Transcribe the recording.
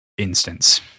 Instance